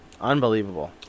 Unbelievable